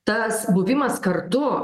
tas buvimas kartu